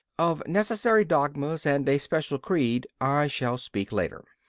of necessary dogmas and a special creed i shall speak later.